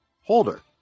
holder